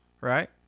right